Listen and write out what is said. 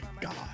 God